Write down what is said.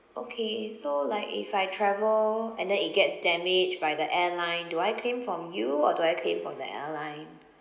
okay so like if I travel and then it gets damaged by the airline do I claim from you or do I claim from the airline